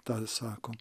tą sako